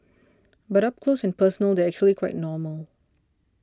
but up close and personal they're actually quite normal